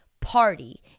party